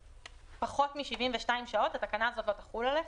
פחות מ-72 שעות התקנה הזאת לא תחול עליך.